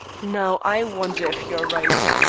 now i wonder if you are right.